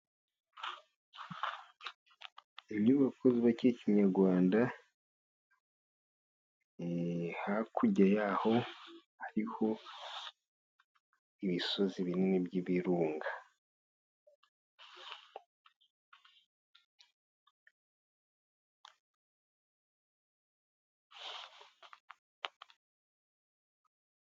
Inyubako zubatswe kinyarwanda. Hakurya y'aho hariho ibisozi binini by'ibirunga.